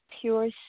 pure